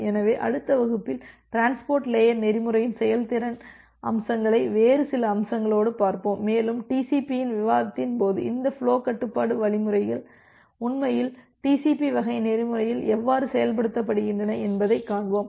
எனவே அடுத்த வகுப்பில் டிரான்ஸ்போர்ட்லேயர் நெறிமுறையின் செயல்திறன் அம்சங்களை வேறு சில அம்சங்களோடு பார்ப்போம் மேலும் டிசிபி இன் விவாதத்தின் போது இந்த ஃபுலோ கட்டுப்பாட்டு வழிமுறைகள் உண்மையில் டிசிபி வகை நெறிமுறையில் எவ்வாறு செயல்படுத்தப்படுகின்றன என்பதைக் காண்போம்